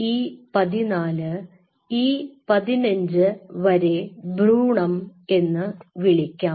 E 14 E 15 വരെ ഭ്രൂണം എന്ന് വിളിക്കാം